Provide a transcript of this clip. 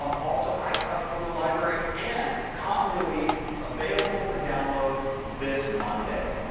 um also icloud photo library and continuity available for download this monday.